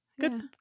Good